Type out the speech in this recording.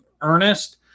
Ernest